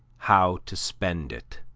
how to spend it.